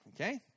Okay